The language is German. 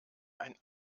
ein